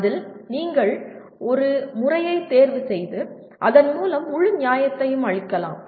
அதில் நீங்கள் ஒரு முறையைத் தேர்வுசெய்து அதன் மூலம் முழு நியாயத்தையும் அளிக்கலாம்